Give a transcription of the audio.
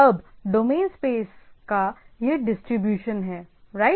अब domain space का यह डिस्ट्रीब्यूशन है राइट